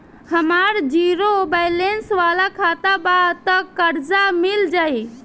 हमार zero balance वाला खाता बा त कर्जा मिल जायी?